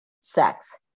sex